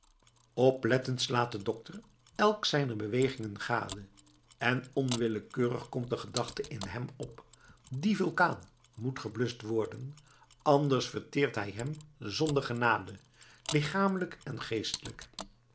oplettend slaat de dokter elk zijner bewegingen gade en onwillekeurig komt de gedachte in hem op die vulkaan moet gebluscht worden anders verteert hij hem zonder genade lichamelijk en geestelijk